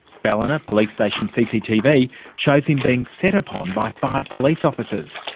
ballina police station cctv shows him being set upon by five police officers.